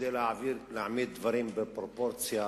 כדי להעמיד דברים בפרופורציה,